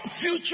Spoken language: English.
future